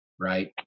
Right